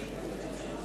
רבותי, חברי הכנסת,